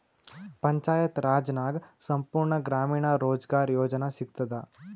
ಪಂಚಾಯತ್ ರಾಜ್ ನಾಗ್ ಸಂಪೂರ್ಣ ಗ್ರಾಮೀಣ ರೋಜ್ಗಾರ್ ಯೋಜನಾ ಸಿಗತದ